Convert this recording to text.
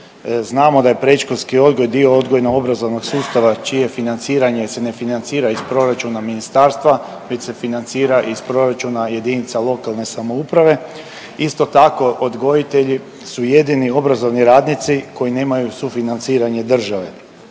Znamo da je predškolski odgoj dio odgojno-obrazovnog sustava čije financiranje se ne financira iz proračuna Ministarstva već se financira iz proračuna jedinica lokalne samouprave. Isto tako, odgojitelji su jedini obrazovni radnici koji nemaju sufinanciranje države.